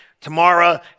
tomorrow